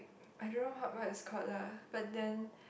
I don't know how what is called lah but then